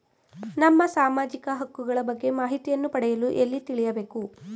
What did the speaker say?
ನಮ್ಮ ಸಾಮಾಜಿಕ ಹಕ್ಕುಗಳ ಬಗ್ಗೆ ಮಾಹಿತಿಯನ್ನು ಪಡೆಯಲು ಎಲ್ಲಿ ತಿಳಿಯಬೇಕು?